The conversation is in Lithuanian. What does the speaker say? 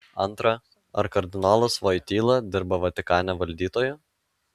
antra ar kardinolas voityla dirba vatikane valdytoju